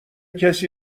کسی